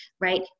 right